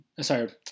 sorry